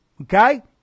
Okay